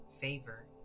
Favor